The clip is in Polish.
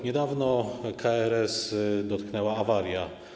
Niedawno KRS dotknęła awaria.